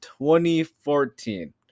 2014